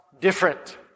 different